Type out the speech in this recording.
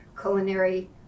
culinary